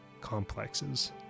complexes